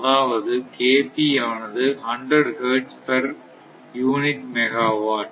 அதாவது ஆனது 100 hertz per unit megawatt